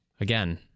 again